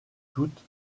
toutes